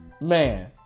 Man